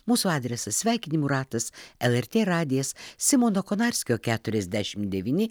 mūsų adresas sveikinimų ratas lrt radijas simono konarskio keturiasdešim devyni